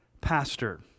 pastor